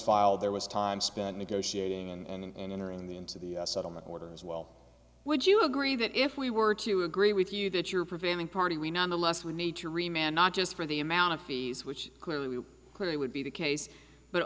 filed there was time spent negotiating and entering the into the settlement order as well would you agree that if we were to agree with you that your prevailing party we nonetheless we need to re man i just for the amount of fees which clearly clearly would be the case but